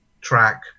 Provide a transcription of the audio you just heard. track